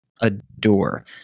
adore